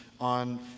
on